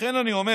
לכן אני אומר